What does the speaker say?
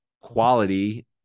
quality